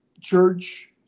church